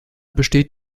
besteht